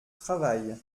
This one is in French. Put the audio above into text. travail